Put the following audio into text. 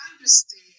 understand